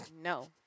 no